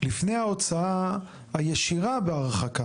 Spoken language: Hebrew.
לפני ההוצאה הישירה בהרחקה,